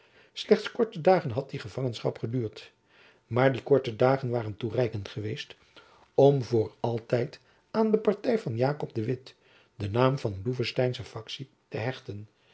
slechts korte dagen had die gevangenschap geduurd maar die korte dagen waren toereikend geweest om voor altijd aan de party van jakob de witt den naam van loevensteinsche faktie te hechten